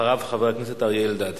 אחריו, חבר הכנסת אריה אלדד.